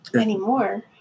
anymore